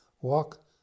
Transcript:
Walk